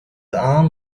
arm